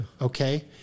Okay